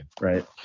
right